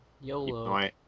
YOLO